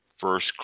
first